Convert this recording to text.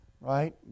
right